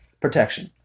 protection